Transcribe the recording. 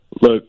look